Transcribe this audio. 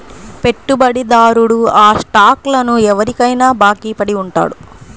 పెట్టుబడిదారుడు ఆ స్టాక్లను ఎవరికైనా బాకీ పడి ఉంటాడు